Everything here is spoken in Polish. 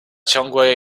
ciągłe